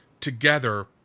together